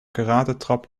karatetrap